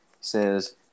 says